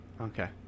Okay